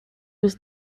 was